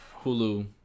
Hulu